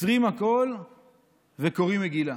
עוצרים הכול וקוראים מגילה.